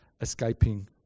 escaping